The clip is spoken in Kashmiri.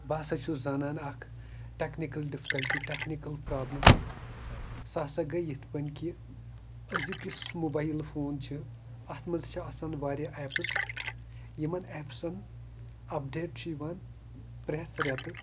بہٕ ہَسا چھُس زانان اَکھ ٹٮ۪کنِکٕل ڈِفکَلٹی ٹٮ۪کنِکٕل پرٛابلِم اَکھ سُہ ہَسا گٔے یِتھ کٔنۍ کہِ أزیُک یُس موبایِل فون چھِ اَتھ منٛز چھِ آسان وارِیاہ ایپٕس یِمَن ایپسَن اَپڈیٹ چھُ یِوان پرٛٮ۪تھ رٮ۪تہٕ